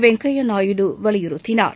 வெங்கைய நாயுடு வலியுறுத்தினார்